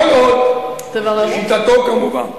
כל עוד, לשיטתו כמובן,